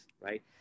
right